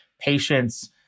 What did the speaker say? patients